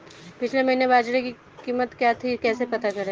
पिछले महीने बाजरे की कीमत क्या थी कैसे पता करें?